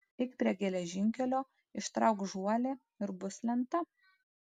eik prie geležinkelio ištrauk žuolį ir bus lenta